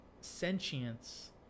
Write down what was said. sentience